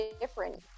different